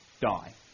die